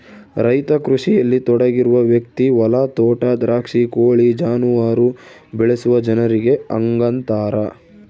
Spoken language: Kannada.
ರೈತ ಕೃಷಿಯಲ್ಲಿ ತೊಡಗಿರುವ ವ್ಯಕ್ತಿ ಹೊಲ ತೋಟ ದ್ರಾಕ್ಷಿ ಕೋಳಿ ಜಾನುವಾರು ಬೆಳೆಸುವ ಜನರಿಗೆ ಹಂಗಂತಾರ